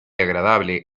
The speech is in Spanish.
agradable